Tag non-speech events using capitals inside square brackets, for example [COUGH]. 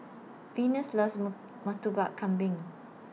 Venus loves [UNINTELLIGIBLE] Murtabak Kambing